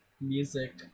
music